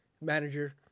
manager